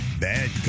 bad